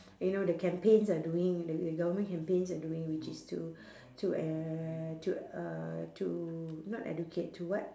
you know the campaigns are doing the the government campaigns are doing which is to to uh to uh to not educate to what